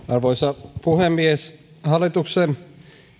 arvoisa puhemies hallituksen